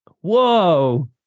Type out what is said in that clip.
whoa